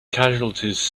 casualties